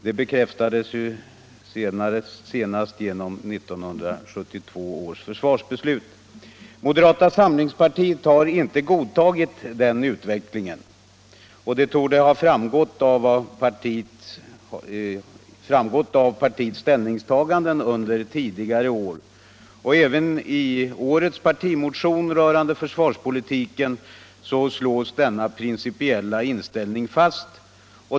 Det bekräftades senast genom 1972 års försvarsbeslut. Mo derata samlingspartiet har inte godtagit den utvecklingen, och det torde ha framgått av partiets ställningstaganden under tidigare år. Även i årets partimotion rörande försvarspolitiken slås denna principiella inställning fast.